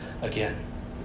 again